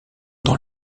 dans